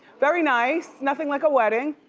very nice, nothing like a wedding.